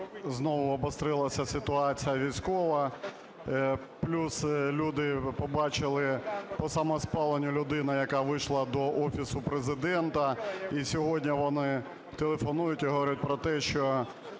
знову обострилась ситуація військова, плюс люди побачили по самоспаленню людини, яка вийшла до Офісу Президента, і сьогодні вони телефонують і говорять про те, що